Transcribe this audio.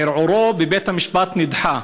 ערעורו בבית המשפט נדחה,